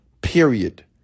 Period